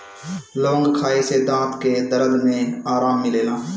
लवंग खाए से दांत के दरद में आराम मिलेला